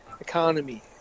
economy